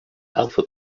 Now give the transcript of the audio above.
alpha